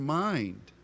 mind